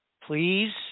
Please